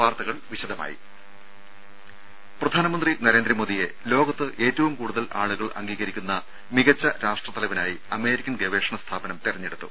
വാർത്തകൾ വിശദമായി പ്രധാനമന്ത്രി നരേന്ദ്രമോദിയെ ലോകത്ത് ഏറ്റവും കൂടുതൽ ആളുകൾ അംഗീകരിക്കുന്ന മികച്ച രാഷ്ട്രത്തലവനായി അമേരിക്കൻ ഗവേഷണ സ്ഥാപനം തെരഞ്ഞെടുത്തു